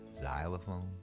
xylophone